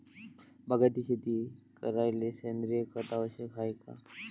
बागायती शेती करायले सेंद्रिय खत आवश्यक हाये का?